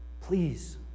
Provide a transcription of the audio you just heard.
Please